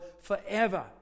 forever